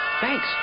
Thanks